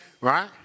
Right